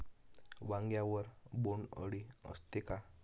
वांग्यावर बोंडअळी असते का?